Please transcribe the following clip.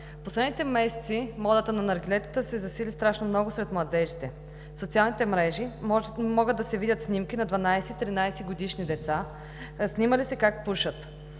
последните месеци модата на наргилетата се засили страшно много сред младежите. В социалните мрежи могат да се видят снимки на 12-13-годишни деца, снимали се как пушат.